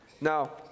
Now